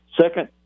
Second